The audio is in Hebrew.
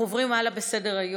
אנחנו עוברים הלאה בסדר-היום.